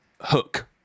Hook